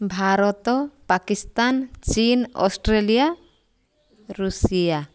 ଭାରତ ପାକିସ୍ତାନ ଚୀନ Australia Russia